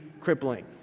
crippling